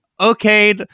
okay